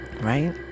Right